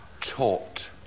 taught